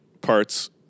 parts